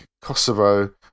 Kosovo